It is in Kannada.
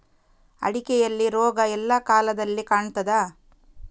ಅಡಿಕೆಯಲ್ಲಿ ರೋಗ ಎಲ್ಲಾ ಕಾಲದಲ್ಲಿ ಕಾಣ್ತದ?